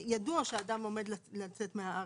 ידוע שאדם עומד לצאת מהארץ,